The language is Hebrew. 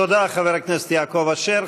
תודה, חבר הכנסת יעקב אשר.